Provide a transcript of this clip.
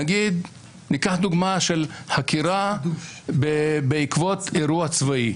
ניקח דוגמה של חקירה בעקבות אירוע צבאי,